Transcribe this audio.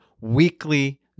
weekly